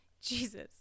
jesus